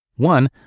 One